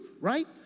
right